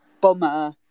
bummer